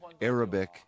Arabic